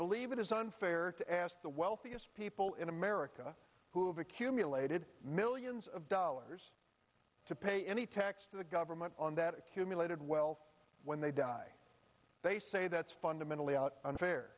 believe it is unfair to ask the wealthiest people in america who have accumulated millions of dollars to pay any tax to the government on that accumulated wealth when they die they say that's fundamentally out unfair